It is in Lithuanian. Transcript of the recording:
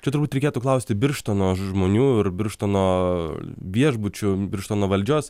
čia turbūt reikėtų klausti birštono žmonių ir birštono viešbučių birštono valdžios